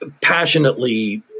passionately